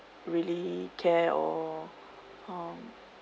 really care or um